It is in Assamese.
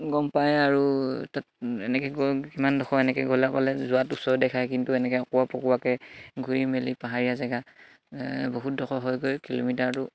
গম পায় আৰু তাত এনেকে কিমান দখৰ এনেকে গ'লে গ'লে যোৱাটো ওচৰ দেখায় কিন্তু এনেকে অকোৱা পকোৱাকে ঘূৰি মেলি পাহাৰীয়া জেগা বহুত দখৰ হয়গৈ কিলোমিটাৰটো